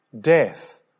Death